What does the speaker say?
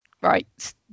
Right